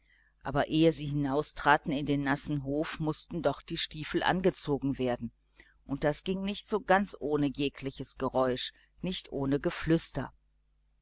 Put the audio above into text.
aber ehe sie hinaustraten in den nassen hof mußten doch die stiefel angezogen werden und das ging nicht so ganz ohne jegliches geräusch nicht ohne geflüster